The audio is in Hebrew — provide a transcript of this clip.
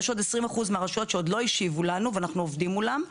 יש עוד 20% מהרשויות שלא השיבו לנו ואנחנו עובדים מולם.